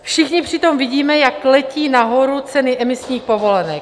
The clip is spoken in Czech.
Všichni přitom vidíme, jak letí nahoru ceny emisních povolenek.